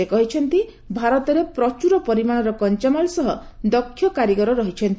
ସେ କହିଛନ୍ତି ଭାରତରେ ପ୍ରଚୂର ପରିମାଣର କଞ୍ଚାମାଲ ସହ ଦକ୍ଷ କାରିଗର ରହିଛନ୍ତି